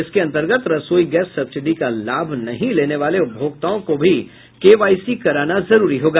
इसके अंतर्गत रसोई गैस सब्सिडी का लाभ नहीं लेने वाले उपभोक्ताओं को भी केवाईसी कराना जरूरी होगा